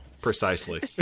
Precisely